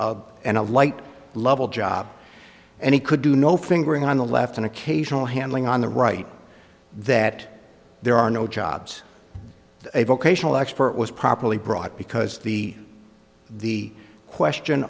and a light level job and he could do no fingering on the left an occasional handling on the right that there are no jobs a vocational expert was properly brought because the the question